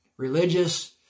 religious